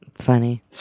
Funny